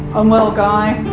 i'm well, guy.